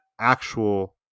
actual